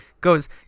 goes